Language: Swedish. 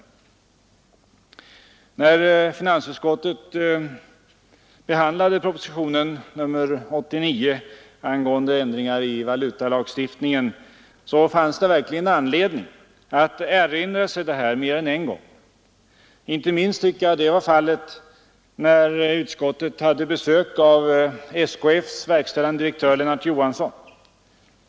När finansutskottet behandlade propositionen 89 angående ändringar i valutalagstiftningen fanns det verkligen mer än en gång anledning att erinra sig detta. Inte minst var det fallet när utskottet hade besök av SKF:s verkställande direktör Lennart Johansson.